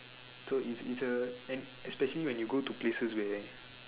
so it's it's a and especially when you go to places where